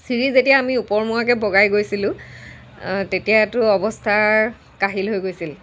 চিৰি যেতিয়া আমি ওপৰমুৱাকৈ বগাই গৈছিলোঁ তেতিয়াতো অৱস্থা কাহিল হৈ গৈছিল